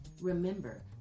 Remember